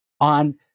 on